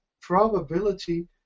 probability